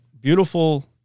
beautiful